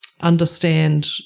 understand